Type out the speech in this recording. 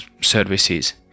services